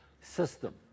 system